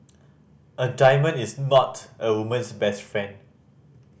a diamond is mat a woman's best friend